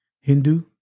Hindu